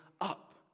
up